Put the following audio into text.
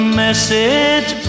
message